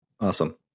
Awesome